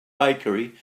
bakery